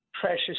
precious